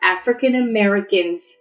African-Americans